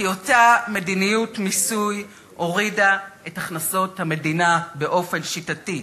כי אותה מדיניות מיסוי הורידה את הכנסות המדינה באופן שיטתי,